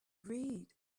read